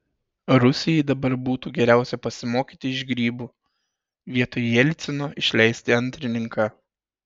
rusijai dabar būtų geriausia pasimokyti iš grybų vietoj jelcino išleisti antrininką